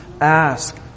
Ask